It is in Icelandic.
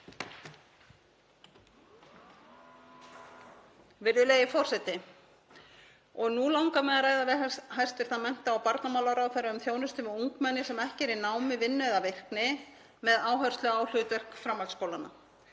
Virðulegi forseti. Nú langar mig að ræða við hæstv. mennta- og barnamálaráðherra um þjónustu við ungmenni sem ekki eru í námi, vinnu eða virkni, með áherslu á hlutverk framhaldsskólanna.